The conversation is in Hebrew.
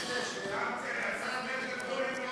ממתי לערבים יש נשק?